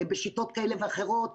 בשיטות כאלה ואחרות,